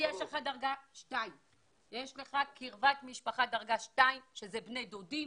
כי יש לך קרבת משפחה דרגה 2, שזה בני דודים